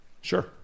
Sure